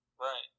Right